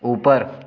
ऊपर